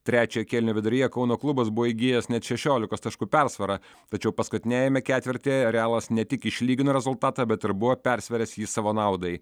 trečiojo kėlinio viduryje kauno klubas buvo įgijęs net šešiolikos taškų persvarą tačiau paskutiniajame ketvirtyje realas ne tik išlygino rezultatą bet ir buvo persvėręs jį savo naudai